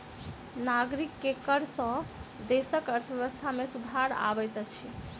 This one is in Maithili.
नागरिक के कर सॅ देसक अर्थव्यवस्था में सुधार अबैत अछि